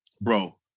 Bro